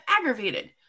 aggravated